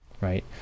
Right